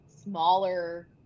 smaller